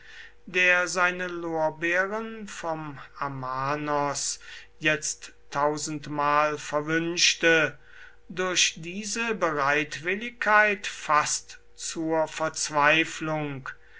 der seine lorbeeren vom amanos jetzt tausendmal verwünschte durch diese bereitwilligkeit fast zur verzweiflung